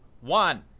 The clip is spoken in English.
one